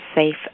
safe